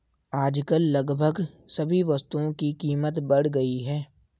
आजकल लगभग सभी वस्तुओं की कीमत बढ़ गई है